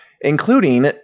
including